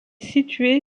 située